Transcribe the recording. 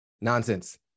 nonsense